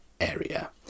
area